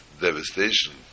devastation